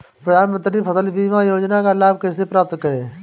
प्रधानमंत्री फसल बीमा योजना का लाभ कैसे प्राप्त करें?